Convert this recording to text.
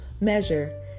measure